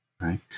right